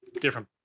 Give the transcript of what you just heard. different